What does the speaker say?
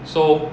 so